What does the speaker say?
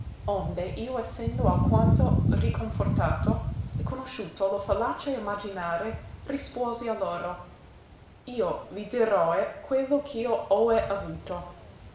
onde io essendo alquanto riconfortato e conosciuto lo fallace imaginare rispuosi a loro io ho avuto